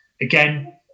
again